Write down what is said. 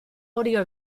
audio